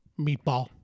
Meatball